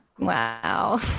Wow